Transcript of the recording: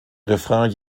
refrain